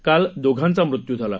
काल दोघांचा मृत्यू झाला